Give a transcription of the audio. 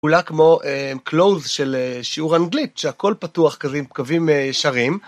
‫אולי כמו קלוז של שיעור אנגלית, ‫שהכול פתוח כזה עם קווים ישרים.